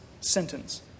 sentence